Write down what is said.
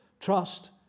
trust